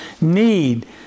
need